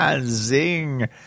Zing